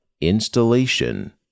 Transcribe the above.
installation